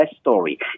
story